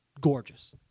Gorgeous